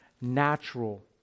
natural